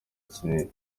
kinini